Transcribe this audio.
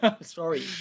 Sorry